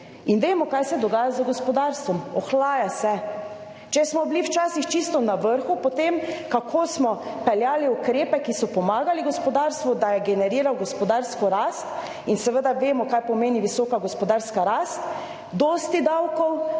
In vemo kaj se dogaja z gospodarstvom, ohlaja se, če smo bili včasih čisto na vrhu po tem, kako smo peljali ukrepe, ki so pomagali gospodarstvu, da je generiral gospodarsko rast in seveda vemo kaj pomeni visoka gospodarska rast; dosti davkov